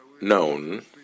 known